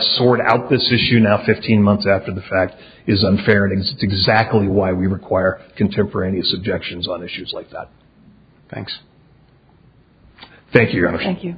sort out this issue now fifteen months after the fact is unfairness exactly why we require contemporaneous objections on issues like that thanks thank you